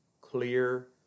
clear